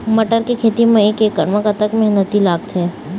मटर के खेती म एक एकड़ म कतक मेहनती लागथे?